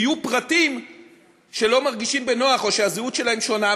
יהיו פרטים שלא מרגישים בנוח או שהזהות שלהם שונה,